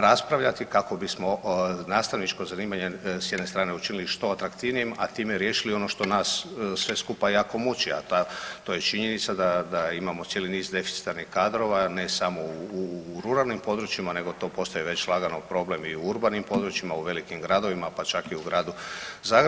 raspravljati kako bismo nastavničko zanimanje sa jedne strane učinili što atraktivnijim, a time riješili ono što nas sve skupa jako muči, a to je činjenica da imamo cijeli niz deficitarnih kadrova ne samo u ruralnim područjima, nego to postaje već lagano problem i u urbanim područjima, u velikim gradovima, pa čak i u gradu Zagrebu.